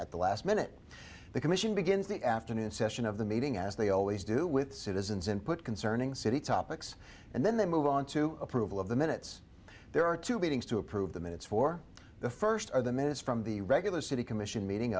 at the last minute the commission begins the afternoon session of the meeting as they always do with citizens input concerning city topics and then they move on to approval of the minutes there are two meetings to approve the minutes for the first or the minutes from the regular city commission meeting